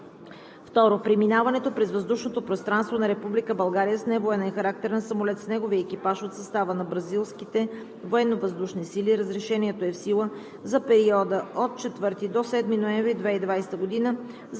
2. Преминаването през въздушното пространство на Република България с невоенен характер на самолет с неговия екипаж от състава на бразилските военновъздушни сили. Разрешението е в сила за периода от 4 до 7 ноември 2020 г.